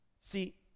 See